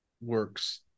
works